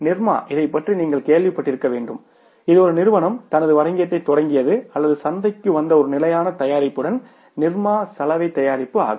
நிர்மா இதைப் பற்றி நீங்கள் கேள்விப்பட்டிருக்க வேண்டும் இது ஒரு நிறுவனம் தனது வணிகத்தைத் தொடங்கியது அல்லது சந்தைக்கு வந்த ஒரு நிலையான தயாரிப்புடன் நிர்மா சலவை தயாரிப்பு ஆகும்